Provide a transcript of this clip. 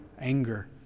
anger